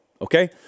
okay